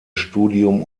studium